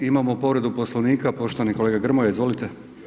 Imamo povredu Poslovnika, poštovani kolega Grmoja, izvolite.